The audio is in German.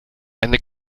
eine